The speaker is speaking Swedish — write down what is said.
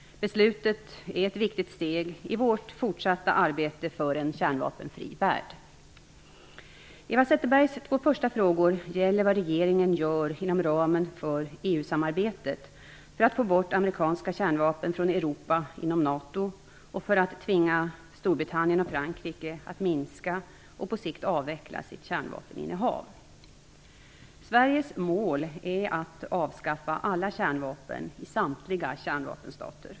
Beslutet är ett viktigt steg i vårt fortsatta arbete för en kärnvapenfri värld. Eva Zetterbergs två första frågor gäller vad regeringen gör inom ramen för EU-samarbetet för att få bort amerikanska kärnvapen från Europa inom NATO och för att tvinga Storbritannien och Frankrike att minska och på sikt avveckla sitt kärnvapeninnehav. Sveriges mål är att avskaffa alla kärnvapen i samtliga kärnvapenstater.